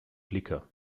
blicke